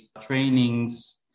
trainings